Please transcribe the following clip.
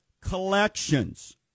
collections